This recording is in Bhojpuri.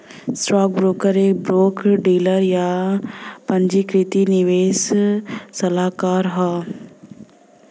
स्टॉकब्रोकर एक ब्रोकर डीलर, या पंजीकृत निवेश सलाहकार हौ